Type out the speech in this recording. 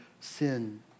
sin